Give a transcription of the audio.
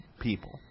people